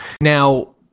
Now